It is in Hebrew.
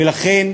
ולכן,